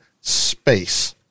space